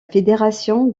fédération